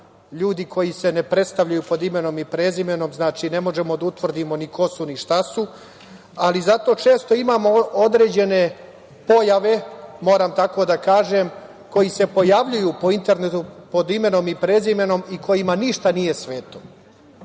ljudi koji se ne predstavljaju pod imenom i prezimenom, znači ne možemo da utvrdimo ni ko su ni šta su, ali zato često imamo određene pojave, moram tako da kažem, koje se pojavljuju po internetu pod imenom i prezimenom i kojima ništa nije sveto. Takvim